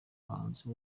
abahanzi